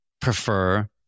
prefer